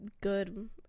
good